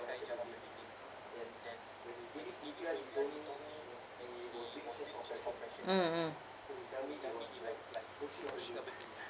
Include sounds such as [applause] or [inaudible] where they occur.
mm mm [breath]